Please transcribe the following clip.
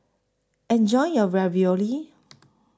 Enjoy your Ravioli